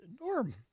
Norm